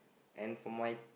and for my